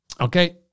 Okay